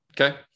Okay